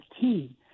team